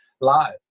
live